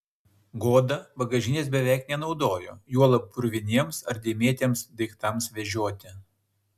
goda bagažinės beveik nenaudojo juolab purviniems ar dėmėtiems daiktams vežioti